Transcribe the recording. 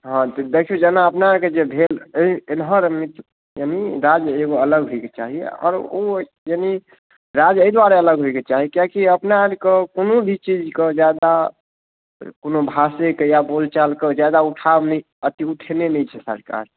हँ तऽ देखिऔ जेना अपना आरके जे भेल अइ एम्हरमे कनि राज्य एगो अलग होयके चाही आओर ओ राज्य एहि दुआरे अलग होयके चाही किआ कि अपना आरके कोनो भी चीजके जादा कोनो भाषे के या बोलचाल के जादा उठाव अथी उठेने नहि छै सरकार